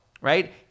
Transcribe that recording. right